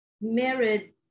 married